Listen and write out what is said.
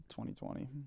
2020